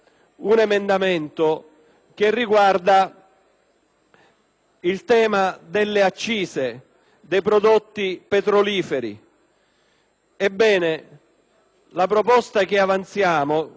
il tema delle accise sui prodotti petroliferi. Ebbene, la proposta che avanziamo è quella di rendere finalmente